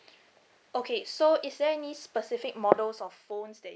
okay so is there any specific models of phones that